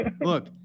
Look